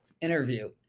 interview